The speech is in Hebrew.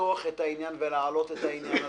לפתוח את העניין ולהעלות אותו.